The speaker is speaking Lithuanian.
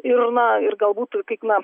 ir na ir galbūt ir kaip na